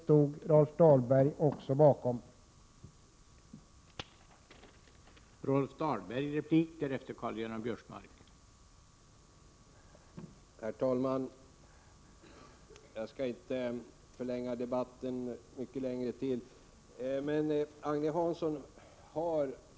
Även Rolf Dahlberg stod bakom detta beslut.